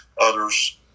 others